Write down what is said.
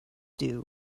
due